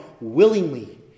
willingly